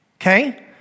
Okay